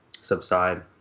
subside